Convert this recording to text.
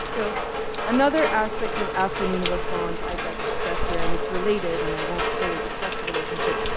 so another aspect of afternoon of a faun i'd like to stress here and it's related and i won't fully discuss the relationship,